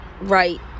right